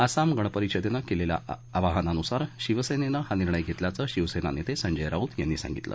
आसाम गण परिषदेनं केलेल्या आवाहनानुसार शिवसेनेनं हा निर्णय घेतल्याचं शिवसेना नेते संजय राऊत यांनी सांगितलं